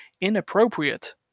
inappropriate